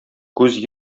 күз